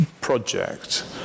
project